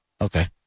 Okay